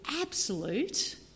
absolute